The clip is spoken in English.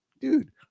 dude